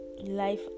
life